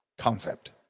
concept